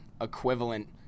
equivalent